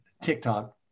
TikTok